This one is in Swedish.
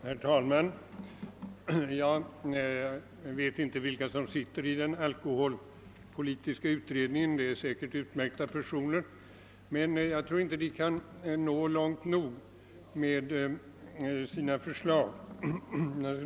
Herr talman! Jag vet inte vilka som sitter i den alkoholpolitiska utredningen, men det är säkerligen utmärkta personer. Jag tror dock inte att de kan nå långt nog med sina förslag.